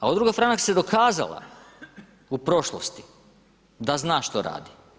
A Udruga Franak se dokazala, u prošlosti, da zna što radi.